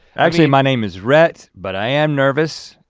actually, my name is rhett, but i am nervous.